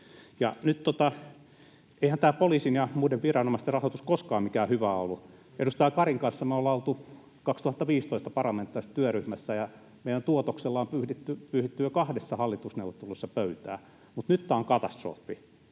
Eihän tämä poliisin ja muiden viranomaisten rahoitus koskaan mitenkään hyvä ole ollut. Edustaja Karin kanssa me oltiin 2015 parlamentaarisessa työryhmässä, ja meidän tuotoksella on pyyhitty jo kahdessa hallitusneuvottelussa pöytää. Mutta nyt tämä on katastrofi.